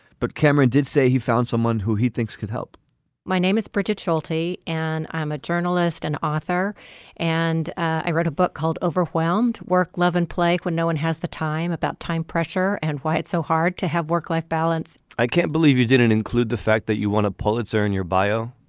but cameron did say he found someone who he thinks could help my name is british shorty and i'm a journalist and author and i read a book called overwhelmed work love and play when no one has the time about time pressure and why it's so hard to have work life balance i can't believe you didn't include the fact that you won a pulitzer in your bio.